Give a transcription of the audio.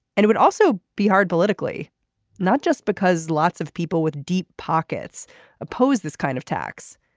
and it would also be hard politically not just because lots of people with deep pockets oppose this kind of tax.